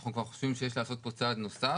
אנחנו כבר חושבים שיש לעשות פה צעד נוסף